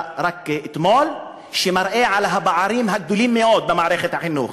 רק אתמול שמראה את הפערים הגדולים מאוד במערכת החינוך,